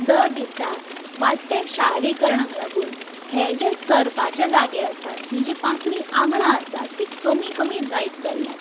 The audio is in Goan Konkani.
दर दिसा वाडटे शहारीकरणाक लागून हे जे चरपाचे जागे आसात ही जी पांचवी आंगणां आसात ती कमी कमी जायत चल्यात